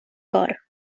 cor